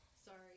Sorry